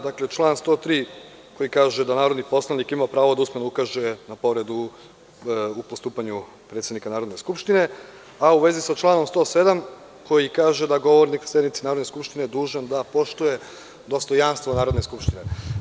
Dakle, član 103. kaže da narodni poslanik ima pravo da usmeno ukaže na povredu u postupanju predsednika Narodne skupštine, a u vezi sa članom 107. koji kaže da je govornik na sednici Narodne skupštine dužan da poštuje dostojanstvo Narodne skupštine.